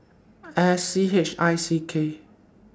S C H I C K